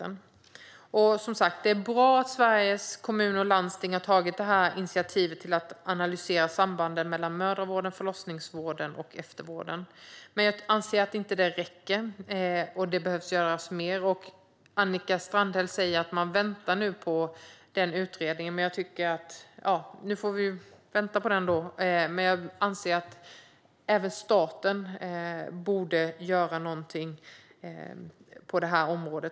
Det är som sagt bra att Sveriges Kommuner och Landsting har tagit initiativ till att analysera sambandet mellan mödravården, förlossningsvården och eftervården. Men jag anser inte att det räcker. Det behöver göras mer. Annika Strandhäll säger att man nu väntar på den utredningen. Ja, vi får vänta på den, men jag anser att även staten borde göra någonting på detta område.